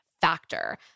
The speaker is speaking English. factor